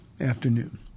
afternoon